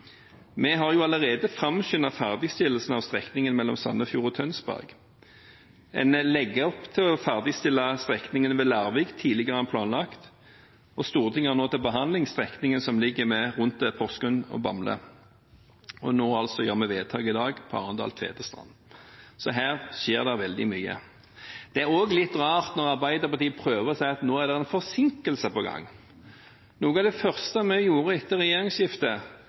vi diskuterer. Vi har allerede framskyndet ferdigstillelsen av strekningen mellom Sandefjord og Tønsberg. En legger opp til å ferdigstille strekningene ved Larvik tidligere enn planlagt, og Stortinget har nå til behandling strekningen som ligger rundt Porsgrunn og Bamble. Og nå gjør vi altså vedtak i dag om Arendal–Tvedestrand. Så her skjer det veldig mye. Det er også litt rart når Arbeiderpartiet prøver seg med at nå er det forsinkelser på gang. Noe av det første vi gjorde etter regjeringsskiftet,